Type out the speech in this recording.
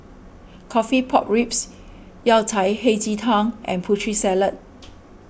Coffee Pork Ribs Yao Cai Hei Ji Tang and Putri Salad